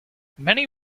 many